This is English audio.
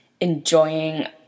enjoying